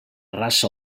raça